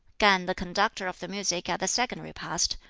kan, the conductor of the music at the second repast,